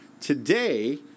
today